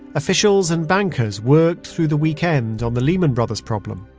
officials and bankers worked through the weekend on the lehman brothers problem.